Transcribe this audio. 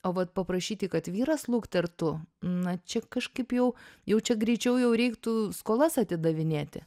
o vat paprašyti kad vyras luktertų na čia kažkaip jau jau čia greičiau jau reiktų skolas atidavinėti